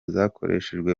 zakoreshejwe